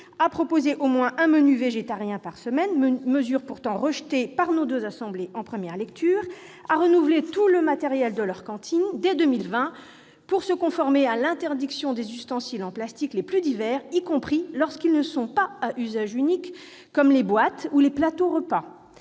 de proposer au moins un menu végétarien par semaine- mesure pourtant rejetée par les deux assemblées en première lecture -et de renouveler tout le matériel de cantine dès 2020, pour se conformer à l'interdiction des ustensiles en plastique les plus divers, y compris lorsqu'ils ne sont pas à usage unique, comme les boîtes ou les plateaux-repas.